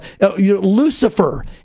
Lucifer